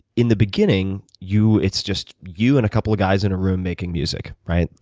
in the beginning, you, it's just you and a couple of guys in a room making music, right?